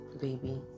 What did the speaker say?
baby